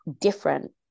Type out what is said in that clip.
different